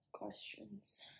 questions